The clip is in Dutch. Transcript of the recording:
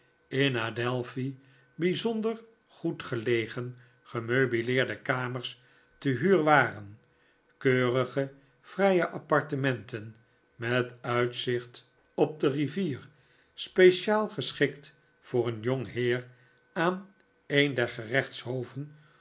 in de adelphi bij zonder goedgelegen gemeubileerde kamers te huur waren keurige vrije appartementen met uitzicht op de rivier speciaal geschikt voor een jong heer aan een